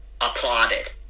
applauded